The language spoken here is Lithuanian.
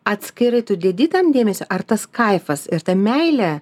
atskirai tu dedi tam dėmesio ar tas kaifas ir ta meilė